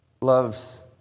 loves